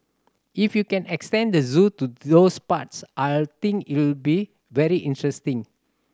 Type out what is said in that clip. if you can extend the zoo to those parts I think it'll be very interesting